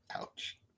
Ouch